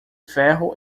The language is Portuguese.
ferro